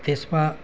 त्यसमा